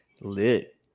lit